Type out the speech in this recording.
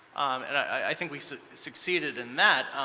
and i think we succeeded in that.